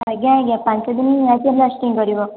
ଆଜ୍ଞା ଆଜ୍ଞା ପାଞ୍ଚ ଦିନ ନିହାତି ଲାଷ୍ଟିଙ୍ଗ କରିବ